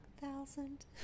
thousand